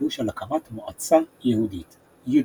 הכיבוש על הקמת מועצה יהודית "יודנראט".